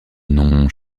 noms